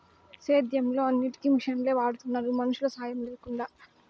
సేద్యంలో అన్నిటికీ మిషనులే వాడుతున్నారు మనుషుల సాహాయం లేకుండా